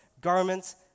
garments